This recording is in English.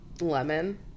Lemon